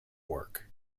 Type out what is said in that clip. work